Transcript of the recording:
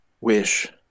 wish